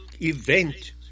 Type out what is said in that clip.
event